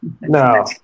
No